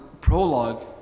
prologue